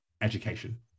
education